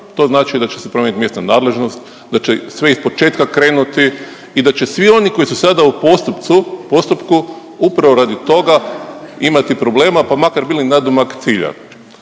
To znači da će se promijeniti mjesto nadležnosti, da će sve iz početka krenuti i da će svi oni koji su sada u postupku, upravo radi toga imati problema pa makar bili nadomak cilja.